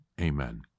Amen